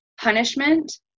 punishment